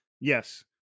Yes